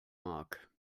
mag